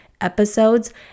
episodes